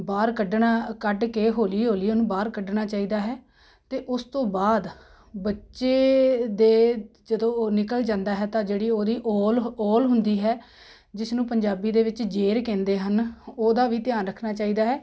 ਬਾਹਰ ਕੱਢਣਾ ਕੱਢ ਕੇ ਹੌਲੀ ਹੌਲੀ ਉਹਨੂੰ ਬਾਹਰ ਕੱਢਣਾ ਚਾਹੀਦਾ ਹੈ ਅਤੇ ਉਸ ਤੋਂ ਬਾਅਦ ਬੱਚੇ ਦੇ ਜਦੋਂ ਉਹ ਨਿਕਲ ਜਾਂਦਾ ਹੈ ਤਾਂ ਜਿਹੜੀ ਉਹਦੀ ਓਲ ਓਲ ਹੁੰਦੀ ਹੈ ਜਿਸ ਨੂੰ ਪੰਜਾਬੀ ਦੇ ਵਿੱਚ ਜੇਰ ਕਹਿੰਦੇ ਹਨ ਉਹਦਾ ਵੀ ਧਿਆਨ ਰੱਖਣਾ ਚਾਹੀਦਾ ਹੈ